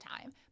time